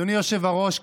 אדוני היושב-ראש,